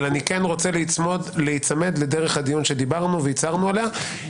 אני כן רוצה להיצמד לדרך הדיון שדיברנו עליה והצהרנו עליה.